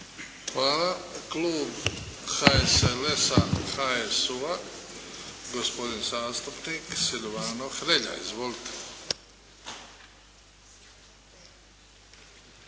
Hvala. Klub HSLS-a, HSU-a, gospodin zastupnik Silvano Hrelja. Izvolite. **Hrelja,